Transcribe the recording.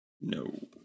No